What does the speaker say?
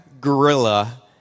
gorilla